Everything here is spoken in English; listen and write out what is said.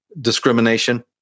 discrimination